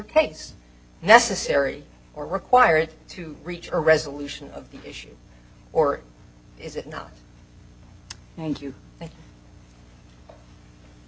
case necessary or required to reach a resolution of the issue or is it not